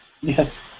Yes